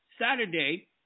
Saturday